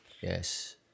Yes